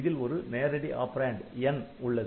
இதில் ஒரு நேரடி ஆப்பரேன்ட் 'n' உள்ளது